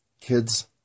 Kids